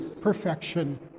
perfection